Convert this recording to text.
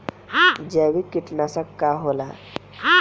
जैविक कीटनाशक का होला?